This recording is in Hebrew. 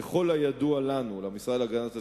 ככל הידוע לנו, למשרד להגנת הסביבה,